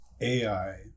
AI